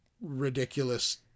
ridiculous